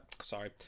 sorry